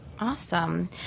Awesome